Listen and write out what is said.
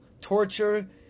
torture